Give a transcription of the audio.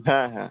হ্যাঁ হ্যাঁ